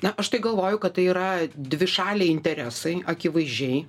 na aš tai galvoju kad tai yra dvišaliai interesai akivaizdžiai